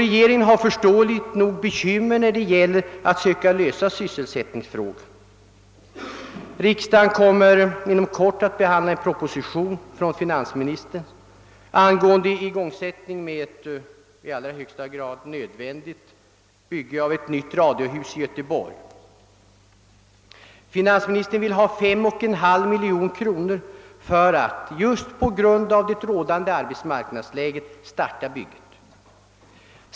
Regeringen har förståeligt nog bekymmer med att söka lösa sysselsättningsfrågan. Riksdagen kommer inom kort att behandla en proposition från finansministern angående igångsättning av ett i högsta grad nödvändigt bygge av ett nytt radiohus i Göteborg. Finansministern vill ha 51/2; miljoner kronor för att just på grund av det rådande arbetsmarknadsläget starta bygget.